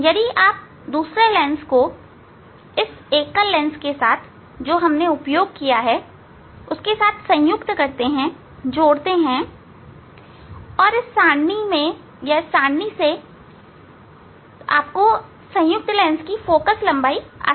यदि आप दूसरे लेंस को इस एकल लेंस के साथ जो भी हमने उपयोग किया है उसके साथ संयुक्त करते हैं और इस सारणी से आपको संयुक्त लेंस की फोकल लंबाई मिल जाएगी